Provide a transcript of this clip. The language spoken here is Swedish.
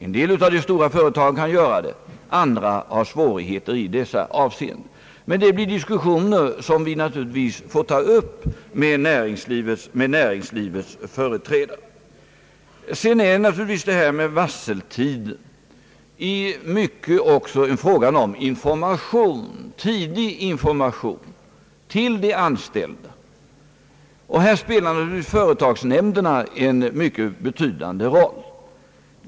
En del av de stora företagen kan göra det, andra har svårigheter. Det blir diskussioner, som vi får ta upp med näringslivets företrädare. Frågan om varseltiden är naturligtvis i mycket också en fråga om tidig information till de anställda. Här spelar företagsnämnderna en mycket betydande roll.